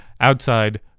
outside